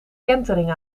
kentering